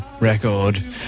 record